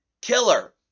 killer